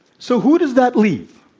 so, who does that leave?